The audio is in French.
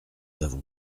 avons